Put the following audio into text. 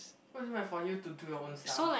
what do you mean by for you to do your own stuff